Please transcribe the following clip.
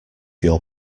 your